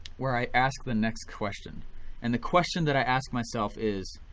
where i ask the next question and the question that i ask myself is